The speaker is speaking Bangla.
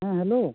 হ্যাঁ হ্যালো